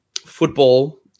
football